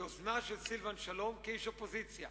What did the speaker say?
יוזמה של סילבן שלום כאיש אופוזיציה.